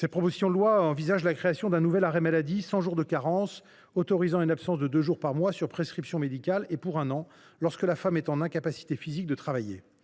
de loi souhaitent la création d’un nouvel arrêt maladie, sans jour de carence, qui autoriserait une absence de deux jours par mois… Au maximum !… sur prescription médicale et pendant un an, lorsque la femme est en incapacité physique de travailler.